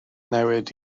newid